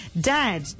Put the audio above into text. Dad